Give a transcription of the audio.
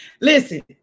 Listen